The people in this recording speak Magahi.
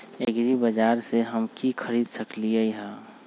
एग्रीबाजार से हम की की खरीद सकलियै ह?